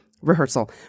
rehearsal